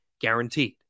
guaranteed